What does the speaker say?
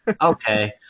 okay